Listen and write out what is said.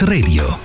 Radio